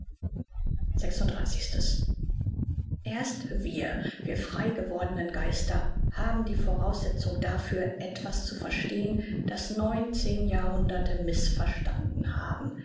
erst wir wir freigewordenen geister haben die voraussetzung dafür etwas zu verstehn das neunzehn jahrhunderte mißverstanden haben